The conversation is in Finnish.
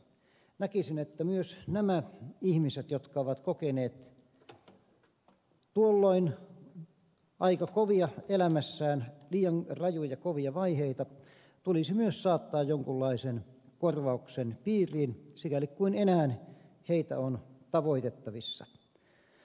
näkisin että myös nämä ihmiset jotka ovat kokeneet tuolloin aika kovia elämässään liian rajuja kovia vaiheita tulisi myös saattaa jonkunlaisen korvauksen piiriin sikäli kuin enää heitä on tavoitettavissa